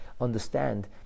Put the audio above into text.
understand